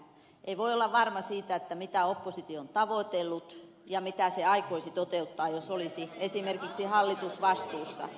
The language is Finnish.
ei voi olla varma siitä mitä oppositio on tavoitellut ja mitä se aikoisi toteuttaa jos olisi esimerkiksi hallitusvastuussa